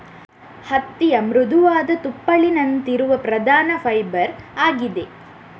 ಹತ್ತಿಯ ಮೃದುವಾದ ತುಪ್ಪಳಿನಂತಿರುವ ಪ್ರಧಾನ ಫೈಬರ್ ಆಗಿದೆ